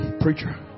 preacher